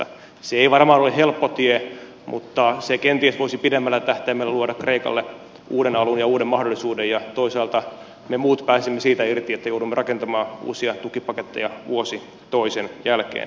se ei varmaan ole helppo tie mutta se kenties voisi pidemmällä tähtäimellä luoda kreikalle uuden alun ja uuden mahdollisuuden ja toisaalta me muut pääsisimme siitä irti että joudumme rakentamaan uusia tukipaketteja vuosi toisen jälkeen